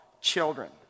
children